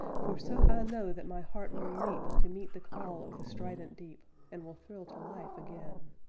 for so i know that my heart will leap to meet the call of the strident deep, and will thrill to life again.